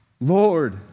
Lord